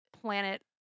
planet